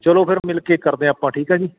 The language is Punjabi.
ਚਲੋ ਫਿਰ ਮਿਲ ਕੇ ਕਰਦੇ ਹਾਂ ਆਪਾਂ ਠੀਕ ਆ ਜੀ